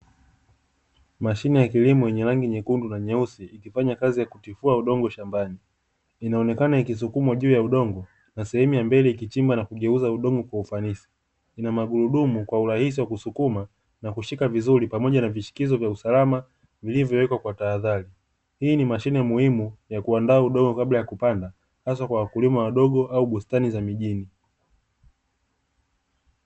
Mashine ya kilimo yenye rangi nyekundu na nyeusi akifanya kazi ya kutifua udongo shambani, inaonekana ikisukumwa juu ya udongo na sehemu ya mbele ikichimba na kugeuza udongo kwa ufanisi, ina magurudumu kwa urahisi wa kusukuma na kushika vizuri pamoja na vishikizo vya usalama vilivyowekwa kwa tahadhari, hii ni mashine muhimu ya kuandaa udongo kabla ya kupanda hasa kwa wakulima wadogo au bustani za mijini.